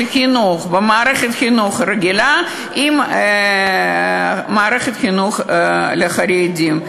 החינוך במערכת החינוך הרגילה עם מערכת החינוך לחרדים,